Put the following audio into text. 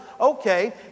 okay